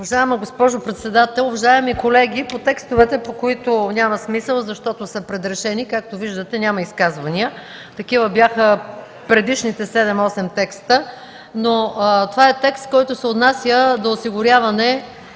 Уважаема госпожо председател, уважаеми колеги! По текстовете, по които няма смисъл да се взема думата, защото са предрешени, както виждате няма изказвания. Такива бяха предишните 7-8 текста. Това обаче е текст, който се отнася до осигуряване